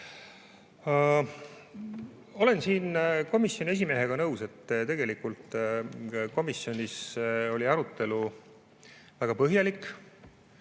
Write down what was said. olen siin komisjoni esimehega nõus, et tegelikult komisjonis oli arutelu väga põhjalik.